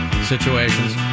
situations